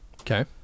Okay